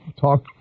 talk